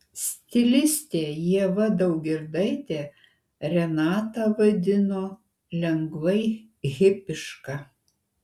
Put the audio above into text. stilistė ieva daugirdaitė renatą vadino lengvai hipiška